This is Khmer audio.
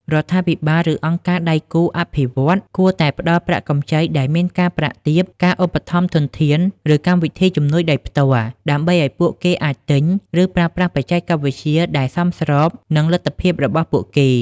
រដ្ឋាភិបាល ឬអង្គការដៃគូអភិវឌ្ឍន៍ គួរតែផ្តល់ប្រាក់កម្ចីដែលមានអត្រាការប្រាក់ទាប ការឧបត្ថម្ភធន ឬកម្មវិធីជំនួយដោយផ្ទាល់ ដើម្បីឲ្យពួកគេអាចទិញ ឬប្រើប្រាស់បច្ចេកវិទ្យាដែលសមស្របនឹងលទ្ធភាពរបស់ពួកគេ។